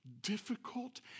difficult